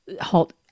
halt